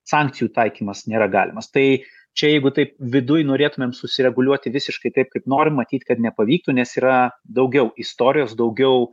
sankcijų taikymas nėra galimas tai čia jeigu taip viduj norėtumėm susireguliuoti visiškai taip kaip norim matyt kad nepavyktų nes yra daugiau istorijos daugiau